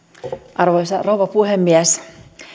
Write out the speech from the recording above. arvoisa rouva puhemies